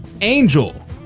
angel